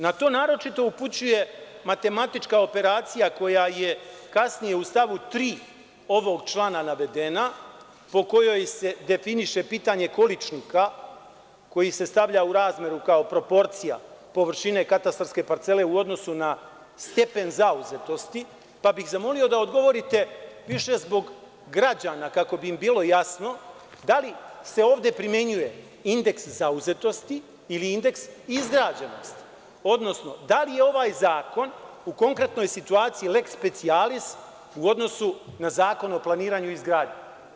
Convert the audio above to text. Na to naročito upućuje matematička operacija koja je kasnije u stavu 3. ovog člana navedena po kojoj se definiše pitanje količnika koji se stavlja u razmeru kao proporcija površine katastarske parcele u odnosu na stepen zauzetosti, pa bih zamolio da odgovorite, više zbog građana, kako bi im bilo jasno da li se ovde primenjuje indeks zauzetosti ili indeks izgrađenosti, odnosno da li je ovaj zakon u konkretnoj situaciji lex specialis u odnosu na Zakon o planiranju i izgradnji?